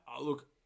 look